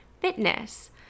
fitness